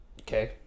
Okay